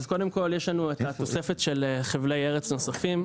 אז קודם כל יש לנו את התוספת של חבלי ארץ נוספים,